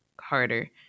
harder-